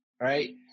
Right